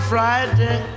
Friday